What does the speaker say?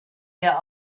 der